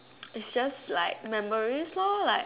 it's just like memories lor like